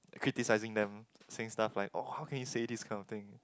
criticising them saying stuff like oh how can you say this kind of thing